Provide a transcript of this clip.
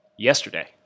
Yesterday